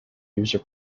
user